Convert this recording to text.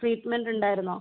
ട്രീറ്റ്മെന്റുണ്ടായിരുന്നോ